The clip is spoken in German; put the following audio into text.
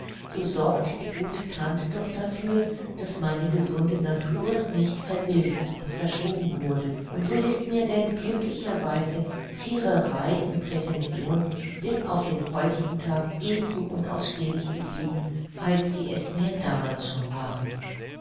so sorgte die gute tante doch dafür daß meine gesunde natur nicht verbildet und verschoben wurde und so ist mir denn glücklicherweise ziererei und prätension bis auf den heutigen tag ebenso unausstehlich geblieben als sie es mir damals schon waren